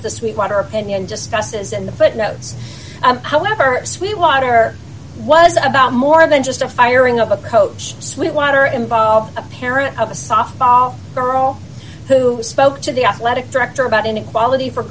the sweetwater opinion just guesses and the footnotes however sweetwater was about more than just a firing of a coach sweetwater involved a parent of a softball girl who spoke to the athletic director about inequality for